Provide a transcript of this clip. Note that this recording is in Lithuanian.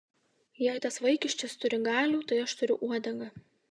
jei tas vaikiščias turi galių tai aš turiu uodegą